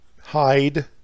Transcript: hide